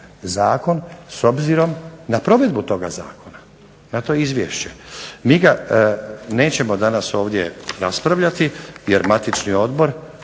zakon s obzirom na provedbu toga zakona na to izvješće. Mi ga danas nećemo ovdje raspravljati jer matični odbor,